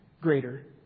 greater